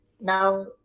now